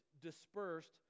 dispersed